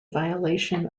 violation